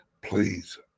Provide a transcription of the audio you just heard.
Please